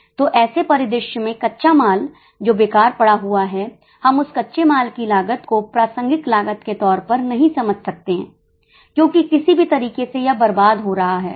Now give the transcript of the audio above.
तो ऐसे परिदृश्य में कच्चा माल जो बेकार पड़ा हुआ है हम उस कच्चे माल की लागत को प्रासंगिक लागत के तौर पर नहीं समझ सकते हैं क्योंकि किसी भी तरीके से यह बर्बाद हो रहा है